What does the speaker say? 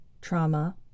trauma